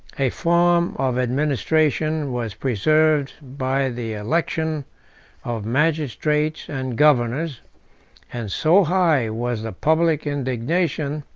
a form of administration was preserved by the election of magistrates and governors and so high was the public indignation,